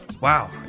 wow